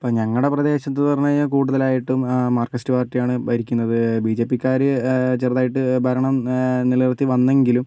ഇപ്പോൾ ഞങ്ങളുടെ പ്രദേശത്തെന്ന് പറഞ്ഞു കഴിഞ്ഞാൽ കൂടുതലായിട്ടും മാർക്സിസ്റ്റ് പാർട്ടി ആണ് ഭരിക്കുന്നത് ബി ജെ പിക്കാർ ചെറുതായിട്ട് ഭരണം നിലനിർത്തി വന്നെങ്കിലും